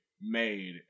made